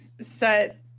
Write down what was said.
set